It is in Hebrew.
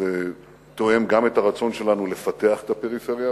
זה תואם גם את הרצון שלנו לפתח את הפריפריה,